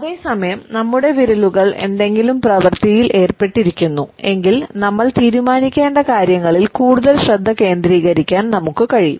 അതേസമയം നമ്മുടെ വിരലുകൾ എന്തെങ്കിലും പ്രവർത്തിയിൽ ഏർപ്പെട്ടിരിക്കുന്നു എങ്കിൽ നമ്മൾ തീരുമാനിക്കേണ്ട കാര്യങ്ങളിൽ കൂടുതൽ ശ്രദ്ധ കേന്ദ്രീകരിക്കാൻ നമുക്ക് കഴിയും